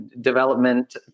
development